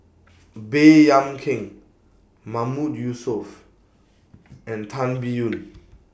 Baey Yam Keng Mahmood Yusof and Tan Biyun